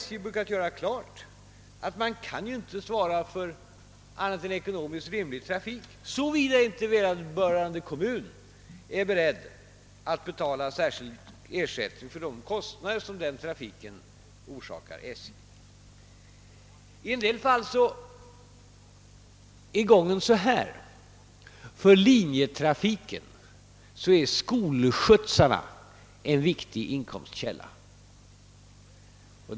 SJ brukar göra klart att man inte kan svara för annat än ur ekonomisk synpunkt rimlig trafik, såvida inte vederbörande kommun är beredd att betala särskild ersättning för de kostnader som trafiken förorsakar SJ. I en del fall är gången denna: För linjetrafiken är skolskjutsarna en viktig inkomstkälla.